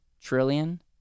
trillion